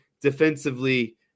defensively